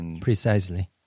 Precisely